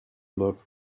look